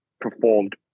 performed